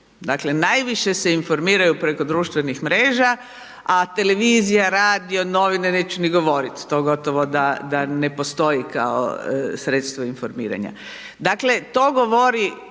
Dakle najviše se informiraju preko društvenih mreža a televizija, radio, novine neću ni govoriti, to gotovo da ne postoji kao sredstvo informiranja. Dakle to govori